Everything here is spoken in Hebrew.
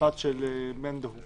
במשפט של בן דוד שלי.